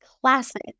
classic